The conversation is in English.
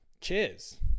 cheers